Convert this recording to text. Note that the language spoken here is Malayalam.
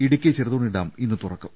ഇടുക്കി ചെറുതോണി ഡാം ഇന്ന് തുറക്കും